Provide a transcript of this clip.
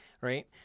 Right